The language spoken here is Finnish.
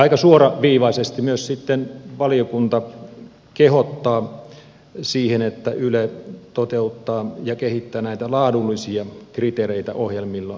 aika suoraviivaisesti myös sitten valiokunta kehottaa siihen että yle toteuttaa ja kehittää näitä laadullisia kriteereitä ohjelmilleen